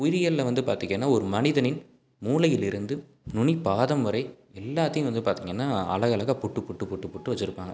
உயிரியல்ல வந்து பார்த்தீங்கன்னா ஒரு மனிதனின் மூளையிலிருந்து நுணி பாதம் வரை எல்லாத்தையும் வந்து பார்த்தீங்கன்னா அழகலகா பிட்டு பிட்டு பிட்டு பிட்டு வச்சிருப்பாங்க